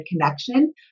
connection